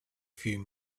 few